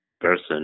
person